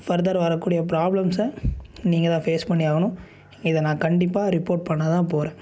ஃபர்தராக வரக்கூடிய ப்ராப்ளம்ஸை நீங்கள் தான் ஃபேஸ் பண்ணி ஆகணும் இதை நான் கண்டிப்பாக ரிப்போர்ட் பண்ண தான் போகிறேன்